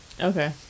Okay